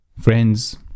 Friends